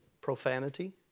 profanity